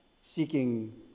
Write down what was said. seeking